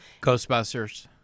Ghostbusters